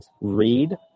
read